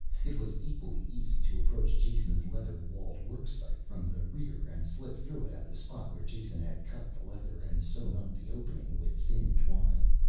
it was equally easy to approach jason's leather-walled worksite from the rear and slip through it at the spot where jason had cut the leather and sewn up the opening with thin twine.